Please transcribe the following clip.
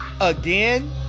again